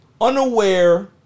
Unaware